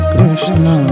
Krishna